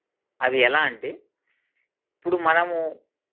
అవి ఎలా అంటే ఇప్పుడు మనము